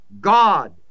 God